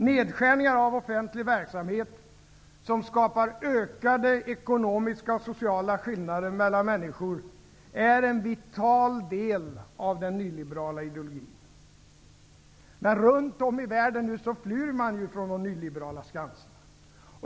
Nedskärningar av offentlig verksamhet, som skapar ökade ekonomiska och sociala skillnader mellan människor, är en vital del av den nyliberala ideologin. Runt om i världen flyr man nu de nyliberala skansarna.